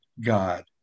God